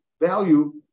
value